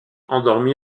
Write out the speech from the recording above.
endormi